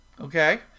Okay